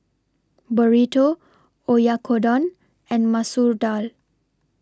Burrito Oyakodon and Masoor Dal